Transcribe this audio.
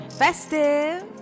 festive